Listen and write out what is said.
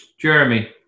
Jeremy